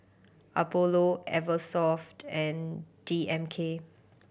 Apollo Eversoft and D M K